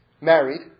married